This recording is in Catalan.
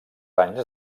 anys